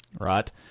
right